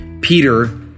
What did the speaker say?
Peter